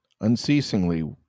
Unceasingly